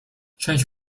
część